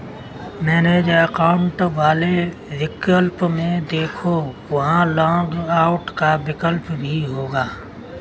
manage account वाले विकल्प में देखो, वहां लॉग आउट का विकल्प भी होगा